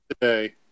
today